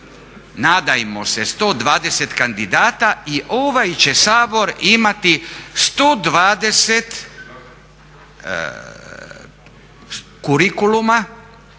nadajmo se 120 kandidata i ovaj će Sabor imati 120 kurikuluma